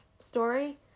story